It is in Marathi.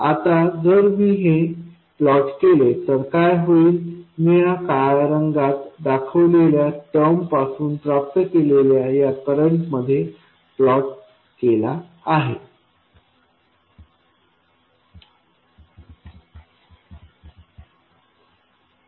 आता जर मी हे प्लॉट केले तर काय होईल की मी या काळ्या रंगात दाखवलेल्या टर्म पासून प्राप्त केलेला करंट या येथे प्लॉट केलाआहे